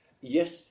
Yes